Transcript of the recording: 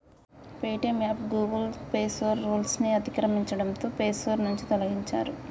Paytm app Google పేసోర్ rules ని అతిక్రమించడంతో పేసోర్ నుంచి తొలగించారు